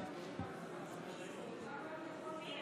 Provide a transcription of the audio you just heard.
לחוק-יסוד: הממשלה,